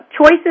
Choices